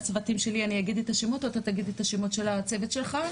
אני אגיד את השמות של הצוות שלי ואתה תגיד את השמות של הצוות שלך.